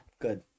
good